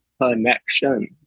connection